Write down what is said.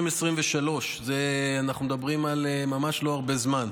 יוני 2023, אנחנו מדברים ממש לא על הרבה זמן,